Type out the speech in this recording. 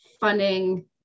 funding